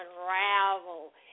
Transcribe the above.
unravel